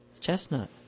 chestnut